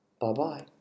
Bye-bye